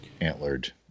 antlered